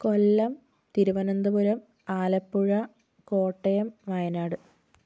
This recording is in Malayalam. കൊല്ലം തിരുവനന്തപുരം ആലപ്പുഴ കോട്ടയം വയനാട്